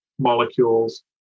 Molecules